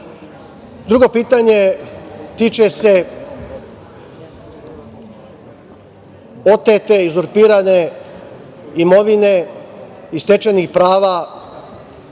pitanje tiče se otete i uzurpirane imovine i stečenih prava